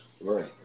Right